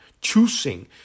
choosing